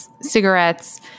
cigarettes